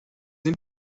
این